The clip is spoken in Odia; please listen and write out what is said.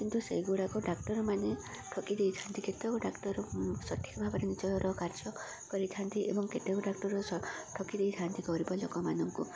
କିନ୍ତୁ ସେଗୁଡ଼ାକ ଡାକ୍ତରମାନେ ଠକି ଦେଇଥାନ୍ତି କେତେକ ଡାକ୍ତର ସଠିକ୍ ଭାବରେ ନିଜର କାର୍ଯ୍ୟ କରିଥାନ୍ତି ଏବଂ କେତେକ ଡାକ୍ତର ଠକି ଦେଇଥାନ୍ତି ଗରିବ ଲୋକମାନଙ୍କୁ